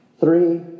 Three